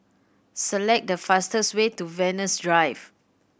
select the fastest way to Venus Drive